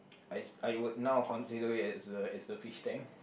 I I would now consider it as the as the fish tank